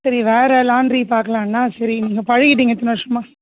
சரி வேற லாண்ட்ரி பார்க்கலான்னா சரி நீங்கள் பழகிட்டீங்க இத்தனை வருஷமாக